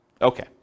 Okay